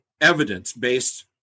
evidence-based